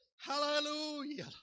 Hallelujah